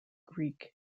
greek